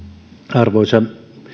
arvoisa